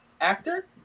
actor